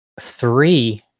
three